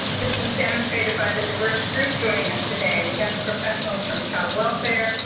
this is demonstrated by the diverse group joining us today. we have professionals from child welfare,